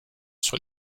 sur